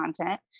content